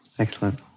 Excellent